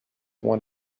one